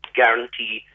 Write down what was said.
guarantee